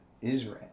Israel